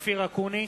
אופיר אקוניס,